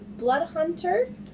bloodhunter